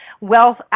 Wealth